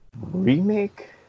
remake